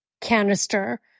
canister